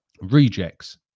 Rejects